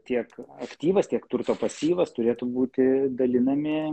tiek aktyvas tiek turto pasyvas turėtų būti dalinami